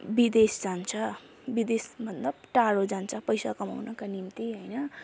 विदेश जान्छ विदेशभन्दा टाडो जान्छ पैसा कमाउनको निम्ति होइन